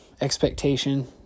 expectation